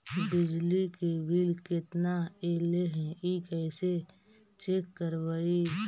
बिजली के बिल केतना ऐले हे इ कैसे चेक करबइ?